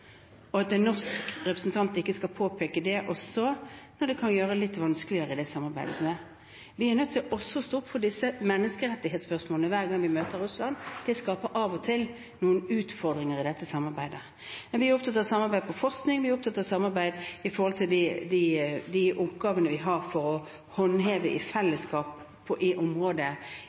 at en norsk representant ikke skal kunne påpeke det, selv om det kan gjøre samarbeidet litt vanskeligere. Vi er nødt til å stå opp for disse menneskerettighetsspørsmålene hver gang vi møter Russland, og det skaper av og til noen utfordringer i dette samarbeidet. Men vi er opptatt av å samarbeide om forskning. Vi er opptatt av samarbeid om de oppgavene vi skal håndheve i fellesskap i området i nord, f.eks. når det gjelder fiskeriressurser. Vi er opptatt av å